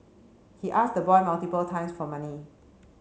he asked the boy multiple times for money